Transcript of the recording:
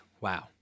wow